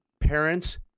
parents